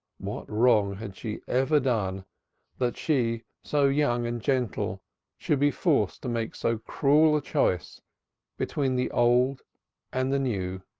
what wrong had she ever done that she so young and gentle should be forced to make so cruel a choice between the old and the new?